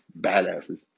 badasses